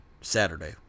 Saturday